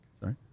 Sorry